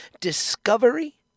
discovery